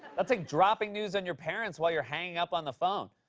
that's like dropping news on your parents while you're hanging up on the phone.